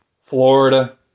Florida